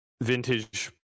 vintage